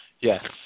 Yes